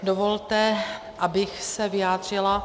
Dovolte, abych se vyjádřila.